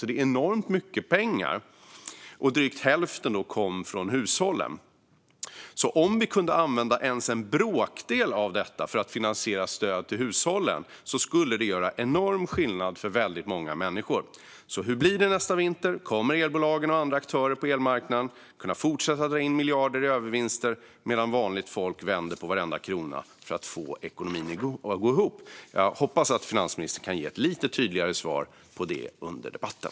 Det är enormt mycket pengar, och drygt hälften kom från hushållen. Om vi kunde använda ens en bråkdel av detta för att finansiera stöd till hushållen skulle det göra enorm skillnad för väldigt många människor. Hur blir det nästa vinter? Kommer elbolagen och andra aktörer på elmarknaden att kunna fortsätta att dra in miljarder i övervinster medan vanligt folk vänder på varenda krona för att få ekonomin att gå ihop? Jag hoppas att finansministern kan ge ett lite tydligare svar på det under debatten.